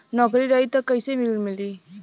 नौकरी रही त कैसे ऋण मिली?